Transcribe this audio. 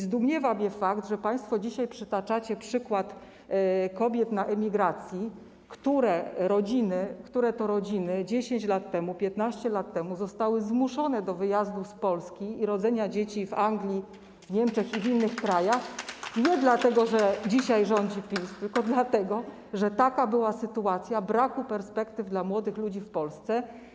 Zdumiewa mnie fakt, że państwo dzisiaj przytaczacie przykład rodzin, kobiet na emigracji, które 10 lat temu, 15 lat temu zostały zmuszone do wyjazdu z Polski i rodzenia dzieci w Anglii, w Niemczech i w innych krajach - nie dlatego że dzisiaj rządzi PiS, tylko dlatego że taka była sytuacja braku perspektyw dla młodych ludzi w Polsce.